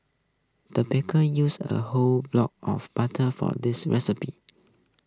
the baker used A whole block of butter for this recipe